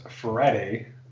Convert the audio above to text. Friday